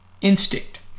instinct